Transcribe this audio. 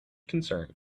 concern